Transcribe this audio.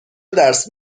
درس